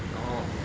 orh